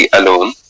alone